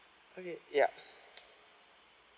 okay yes